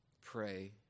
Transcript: pray